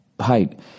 height